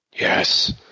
Yes